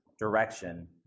direction